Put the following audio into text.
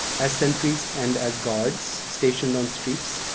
as sentries and as guards stationed on streets,